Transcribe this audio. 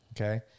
Okay